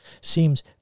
Seems